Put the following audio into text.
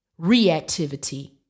reactivity